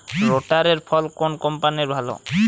রোটারের ফল কোন কম্পানির ভালো?